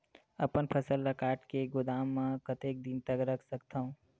अपन फसल ल काट के गोदाम म कतेक दिन तक रख सकथव?